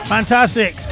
Fantastic